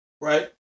Right